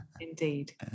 indeed